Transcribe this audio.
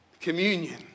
Communion